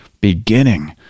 beginning